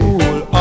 cool